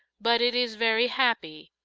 but it is very happy,